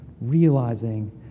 realizing